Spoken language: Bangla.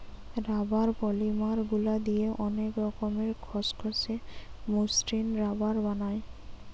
রাবার পলিমার গুলা দিয়ে অনেক রকমের খসখসে, মসৃণ রাবার বানায়